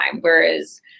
Whereas